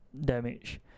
damage